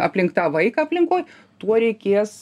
aplink tą vaiką aplinkoj tuo reikės